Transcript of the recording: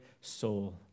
soul